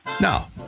Now